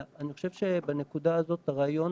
אני חושב שבנקודה הזאת הרעיון